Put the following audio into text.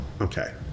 Okay